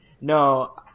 No